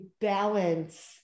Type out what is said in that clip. balance